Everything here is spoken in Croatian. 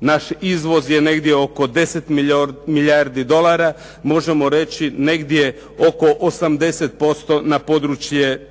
Naš izvoz je negdje oko 10 milijardi dolara. Možemo reći negdje oko 80% na područje,